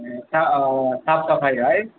ए सा साफ सफाइ है